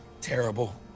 terrible